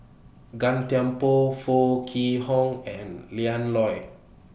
Gan Thiam Poh Foo Kwee Horng and Lian Loy